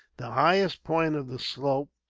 the highest point of the slope,